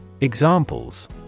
Examples